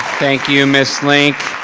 thank you, ms. link.